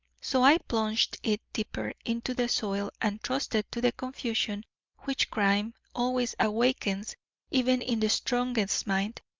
so i plunged it deeper into the soil and trusted to the confusion which crime always awakens even in the strongest mind,